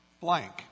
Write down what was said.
blank